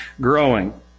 growing